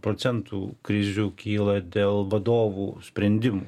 procentų krizių kyla dėl vadovų sprendimų